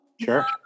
Sure